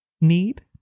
need